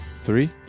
Three